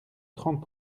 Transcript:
trente